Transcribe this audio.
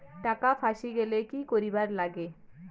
টাকা ফাঁসি গেলে কি করিবার লাগে?